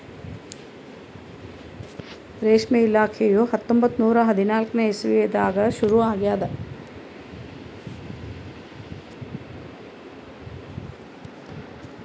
ರೇಷ್ಮೆ ಇಲಾಖೆಯು ಹತ್ತೊಂಬತ್ತು ನೂರಾ ಹದಿನಾಲ್ಕನೇ ಇಸ್ವಿದಾಗ ಶುರು ಆಗ್ಯದ್